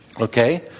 Okay